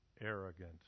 arrogant